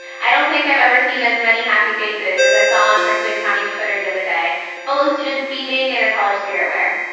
i don't think i've ever seen as many happy faces as i saw on prince william county's twitter the other day. fellow students beaming in their college spirit wear.